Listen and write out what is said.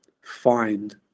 find